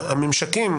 הממשקים,